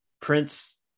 Prince